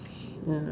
mm